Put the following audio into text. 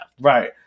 right